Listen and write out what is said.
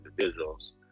individuals